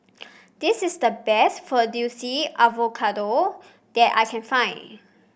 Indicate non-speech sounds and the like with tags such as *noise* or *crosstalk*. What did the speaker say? this is the best Fettuccine *unintelligible* that I can find